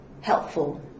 helpful